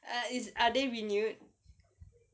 are is are they renewed